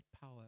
power